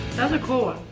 that's a cool